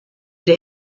der